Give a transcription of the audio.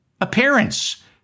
appearance